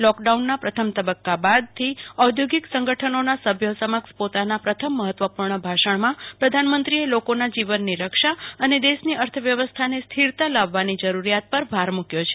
લોકડાઉનના પ્રથમ તબક્કા બાદથી ઔદ્યોગિક સંગઠનોના સભ્યો સમક્ષ પોતાના પ્રથમ મહત્વપૂર્ણ ભાષણમાં પ્રધાનમંત્રીએ લોકોના જીવનની રક્ષા અને દેશની અર્થવ્યવસ્થાને સ્થિરતા લાવવાની જરૂરિયાત પર ભાર મૂક્યો છે